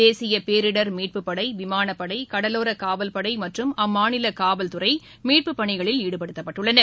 தேசிய பேரிடர் மீட்புப்படை விமானப்படை கடலோரக் காவல்படை மற்றும் அம்மாநில காவல்துறை மீட்புப் பணிகளில் ஈடுபடுத்தப்பட்டுள்ளன